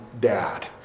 dad